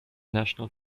national